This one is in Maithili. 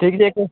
ठीक छै तऽ